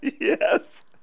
Yes